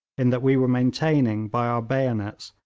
in that we were maintaining by our bayonets,